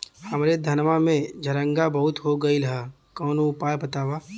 हमरे धनवा में झंरगा बहुत हो गईलह कवनो उपाय बतावा?